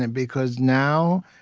and because now,